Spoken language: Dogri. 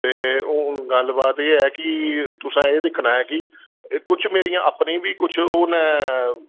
ते हून गल्लबात एह ऐ कि तुसें एह् दिक्खना ऐ कि कुछ मेरियां अपनी बी कुछ ओह् न